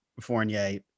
Fournier